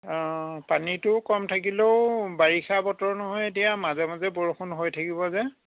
পানীটো কম থাকিলেও বাৰিষা বতৰ নহয় এতিয়া মাজে মাজে বৰষুণ হৈ থাকিব যে